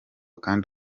kandi